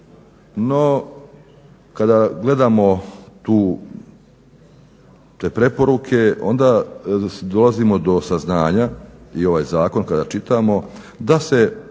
No, kada gledamo te preporuke onda dolazimo do saznanja i ovaj zakon kada čitamo da se